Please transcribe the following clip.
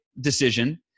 decision